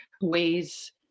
ways